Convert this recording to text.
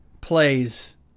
plays